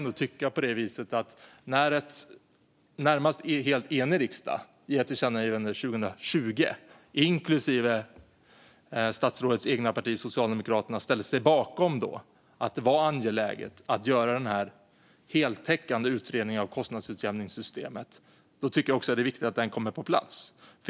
Då en närmast helt enig riksdag gav ett tillkännagivande 2020 och statsrådets eget parti Socialdemokraterna ställde sig bakom att det var angeläget att göra den här heltäckande utredningen av kostnadsutjämningssystemet tycker jag att det är viktigt att den också kommer på plats.